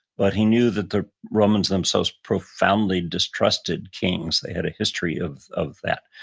but he knew that the romans themselves profoundly distrusted kings they had a history of of that,